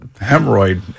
hemorrhoid